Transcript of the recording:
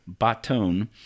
Batone